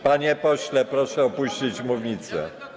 Panie pośle, proszę opuścić mównicę.